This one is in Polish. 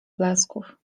blasków